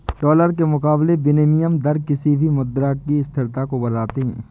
dollar के मुकाबले विनियम दर किसी भी मुद्रा की स्थिरता को बताते हैं